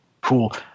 cool